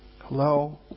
Hello